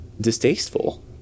distasteful